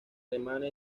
alemana